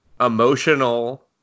emotional